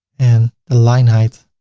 and the line height,